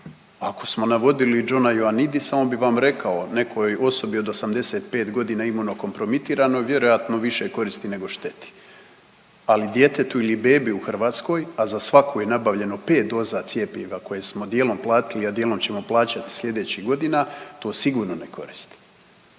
Ako smo navodili Johna Joanidisa, on bi vam rekao nekoj osobi od 85 godina imunokompromitiranoj vjerojatno više koristi nego šteti. Ali djetetu ili bebi u Hrvatskoj, a za svaku je nabavljeno 5 doza cjepiva, koje smo dijelom platili, a dijelom ćemo plaćati slijedećih godina, to sigurno ne koristi.